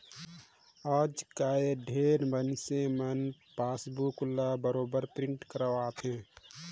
आयज कायल ढेरे मइनसे मन पासबुक ल बरोबर पिंट करवाथे